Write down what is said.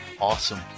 Awesome